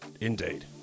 Indeed